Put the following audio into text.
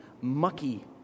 mucky